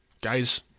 Guys